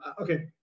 okay